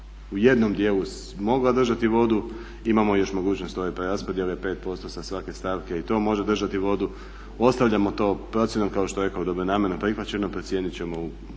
u jednom dijelu mogla držati vodu, imamo još mogućnost ove preraspodjele 5% sa svake stavke i to može držati vodu. Ostavljamo to procjenom kao što je rekao dobronamjerno prihvaćeno procijenit ćemo u